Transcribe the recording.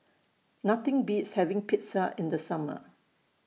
Nothing Beats having Pizza in The Summer